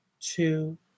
two